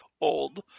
old